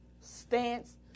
stance